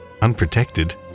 unprotected